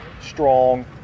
strong